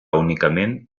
únicament